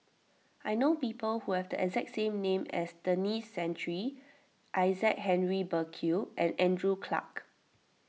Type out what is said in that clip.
I know people who have the exact name as Denis Santry Isaac Henry Burkill and Andrew Clarke